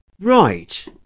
Right